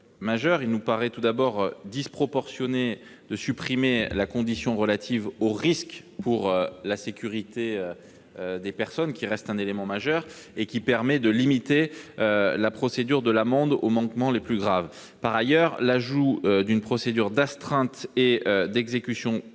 Il nous paraît tout d'abord disproportionné de supprimer la condition relative au risque pour la sécurité des personnes, qui reste un élément essentiel et permet de limiter la procédure de l'amende aux manquements les plus graves. Par ailleurs, l'ajout d'une procédure d'astreinte et d'exécution